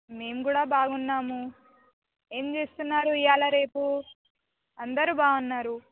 మేము కూడా బాగున్నాము ఏమి చేస్తున్నారు ఇవాళ రేపు అందరు బాగున్నారు